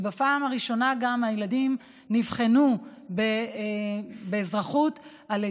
ובפעם הראשונה הילדים גם נבחנו באזרחות על כל